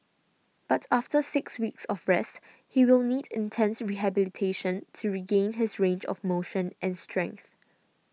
but after six weeks of rest he will need intense rehabilitation to regain his range of motion and strength